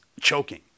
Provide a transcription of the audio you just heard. choking